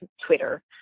Twitter